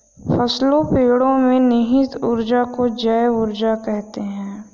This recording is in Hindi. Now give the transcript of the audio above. फसलों पेड़ो में निहित ऊर्जा को जैव ऊर्जा कहते हैं